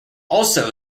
also